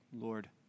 Lord